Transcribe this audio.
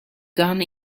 gun